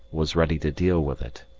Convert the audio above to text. was ready to deal with it.